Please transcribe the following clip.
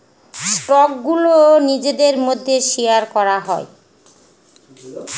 স্টকগুলো নিজেদের মধ্যে শেয়ার করা হয়